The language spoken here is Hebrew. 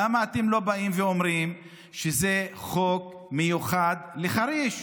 למה אתם לא באים ואומרים שזה חוק מיוחד לחריש?